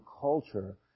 culture